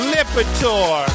Lipitor